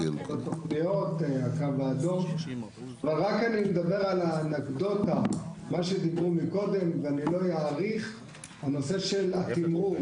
אני רק מדבר על האנקדוטה שדיברו קודם ולא אאריך בנושא של התמרור,